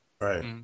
Right